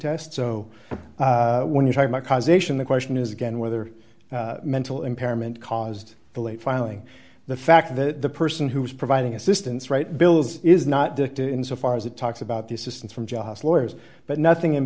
test so when you talk about causation the question is again whether mental impairment caused the late filing the fact that the person who was providing assistance right bills is not dictated insofar as it talks about the assistance from jobs lawyers but nothing in